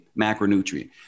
macronutrient